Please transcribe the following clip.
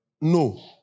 No